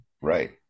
Right